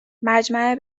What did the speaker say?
مجمع